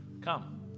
come